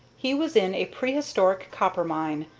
he was in a prehistoric copper-mine,